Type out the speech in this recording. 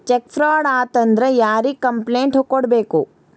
check fraud ಆತಂದ್ರ ಯಾರಿಗ್ complaint ಕೂಡ್ಬೇಕು